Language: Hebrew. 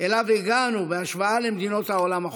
שאליו הגענו בהשוואה למדינות העולם החופשי.